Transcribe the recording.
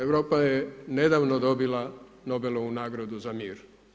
Europa je nedavno dobila Nobelovu nagradu za mir.